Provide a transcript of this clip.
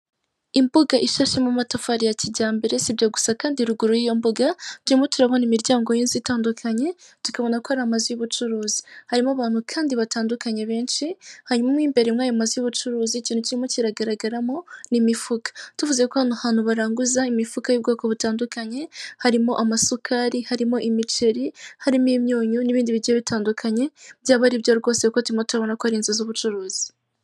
Imbuga ishashemo amatafari ya kijyambere. Si ibyo gusa kandi, ruguru y'iyo mbuga turimo turabona imiryango y'inzu itandukanye, tukabona ko ari amazu y'ubucuruzi harimo abantu kandi batandukanye benshi, hanyuma imbere muri ayo mazu y'ubucuruzi ikintu kimwe kiragaragaramo ni imifuka. Tuvuze ko hano hantu baranguza imifuka y'ubwoko butandukanye: harimo amasukari, harimo imiceri, harimo imyunyu n'ibindi bigiye bitandukanye, byaba aribyo rwose kuko turimo turabona ko ari inzu z'ubucuruzi.